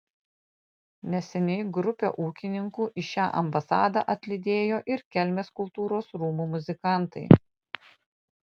neseniai grupę ūkininkų į šią ambasadą atlydėjo ir kelmės kultūros rūmų muzikantai